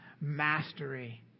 mastery